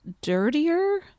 dirtier